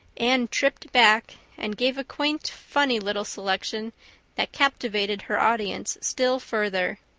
anne tripped back and gave a quaint, funny little selection that captivated her audience still further.